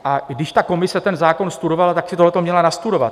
A když ta komise ten zákon studovala, tak si tohleto měla nastudovat.